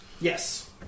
Yes